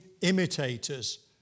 imitators